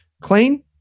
Clean